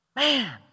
Man